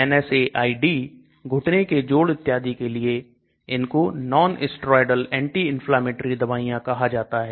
NSAID घुटने के जोड़ इत्यादि के लिए इनको Nonsteroidal anti inflammatory दवाइयां कहा जाता है